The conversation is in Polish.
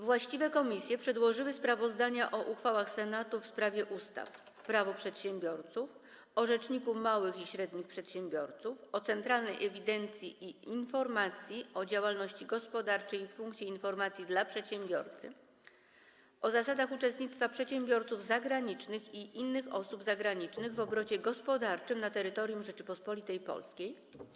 Właściwe komisje przedłożyły sprawozdania o uchwałach Senatu w sprawie ustaw: - Prawo przedsiębiorców, - o Rzeczniku Małych i Średnich Przedsiębiorców, - o Centralnej Ewidencji i Informacji o Działalności Gospodarczej i Punkcie Informacji dla Przedsiębiorcy, - o zasadach uczestnictwa przedsiębiorców zagranicznych i innych osób zagranicznych w obrocie gospodarczym na terytorium Rzeczypospolitej Polskiej,